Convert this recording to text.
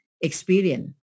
experience